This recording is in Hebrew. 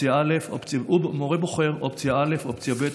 הוא בוחר: אופציה א', אופציה ב'.